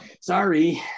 sorry